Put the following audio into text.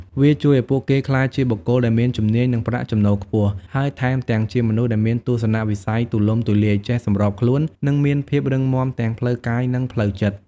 វាជួយឱ្យពួកគេក្លាយជាបុគ្គលដែលមានជំនាញ និងប្រាក់ចំណូលខ្ពស់ ហើយថែមទាំងជាមនុស្សដែលមានទស្សនវិស័យទូលំទូលាយ ចេះសម្របខ្លួន និងមានភាពរឹងមាំទាំងផ្លូវកាយ និងផ្លូវចិត្ត។